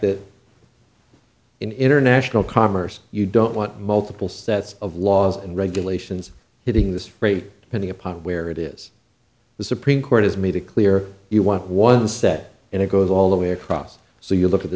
that in international commerce you don't want multiple sets of laws and regulations hitting this freight depending upon where it is the supreme court has made it clear you want one set and it goes all the way across so you look at the